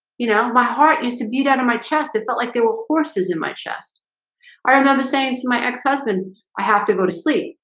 you know my heart used to beat out of and my chest. it felt like there were forces in my chest i remember saying to my ex-husband i have to go to sleep